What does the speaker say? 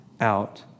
out